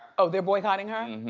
oh they're boycotting her?